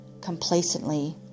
complacently